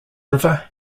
river